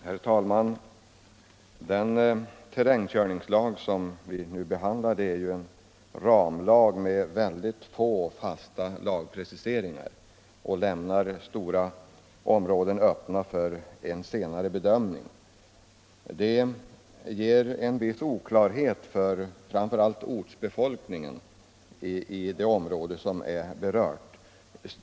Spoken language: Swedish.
Herr talman! Den terrängkörningslag som vi nu behandlar är en ramlag med mycket få fasta lagpreciseringar och lämnar stora områden öppna för en senare bedömning. Det ger en viss oklarhet för framför allt ortsbefolkningen i det område som är berört.